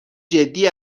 جدی